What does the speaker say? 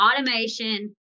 automation